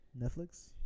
Netflix